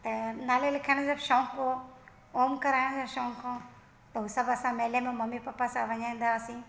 ऐं नाले लिखाइण जो बि शौंक़ु हुओ ओम कराइण जो शौंक़ु हो त हूअ सभु असां मेले में मम्मी पप्पा सां वञाईंदा हुआसीं